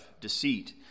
deceit